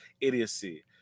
idiocy